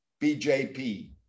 BJP